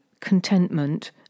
Contentment